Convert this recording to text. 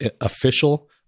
official